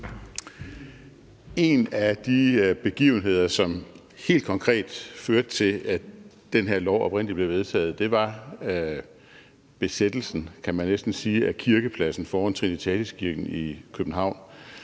En af de begivenheder, som helt konkret førte til, at den her lov oprindelig blev vedtaget, var besættelsen, kan man næsten sige, af kirkepladsen foran Trinitatis Kirke i København,